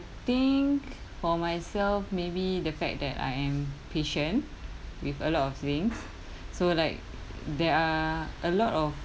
think for myself maybe the fact that I am patient with a lot of things so like there are a lot of